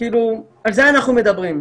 על זה אנחנו מדברים.